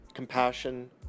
Compassion